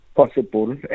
possible